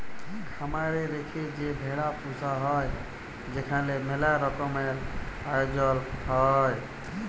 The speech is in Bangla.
খামার এ রেখে যে ভেড়া পুসা হ্যয় সেখালে ম্যালা রকমের আয়জল হ্য়য়